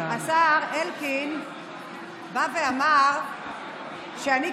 השר אלקין בא ואמר שאני,